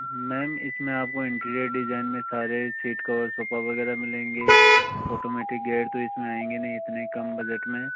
ma'am इसमें आपको interior design में सारे सीट कवर सोफे वगैरह मिलेंगे ऑटोमैटिक गेट तो इसमें आएंगे नहीं इतने कम बजट में